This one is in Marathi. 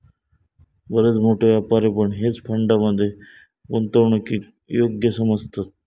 बरेच मोठे व्यापारी पण हेज फंड मध्ये गुंतवणूकीक योग्य समजतत